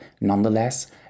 nonetheless